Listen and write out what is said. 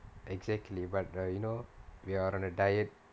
exactly but uh you know we are on a diet